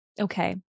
Okay